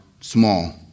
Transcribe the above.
small